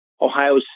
Ohio